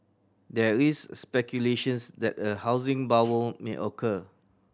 there is speculations that a housing bubble may occur